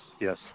Yes